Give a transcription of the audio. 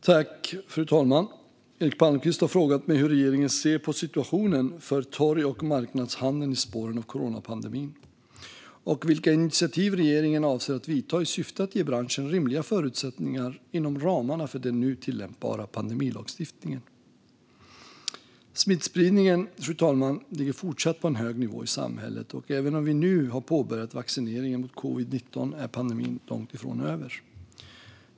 Fru talman! Eric Palmqvist har frågat mig hur regeringen ser på situationen för torg och marknadshandeln i spåren av coronapandemin och vilka initiativ regeringen avser att ta i syfte att ge branschen rimliga förutsättningar inom ramarna för den nu tillämpbara pandemilagstiftningen. Smittspridningen, fru talman, ligger fortsatt på en hög nivå i samhället, och även om vi nu har påbörjat vaccineringen mot covid-19 är pandemin långt ifrån över.